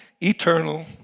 eternal